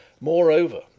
Moreover